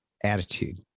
attitude